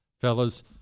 fellas